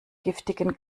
giftigen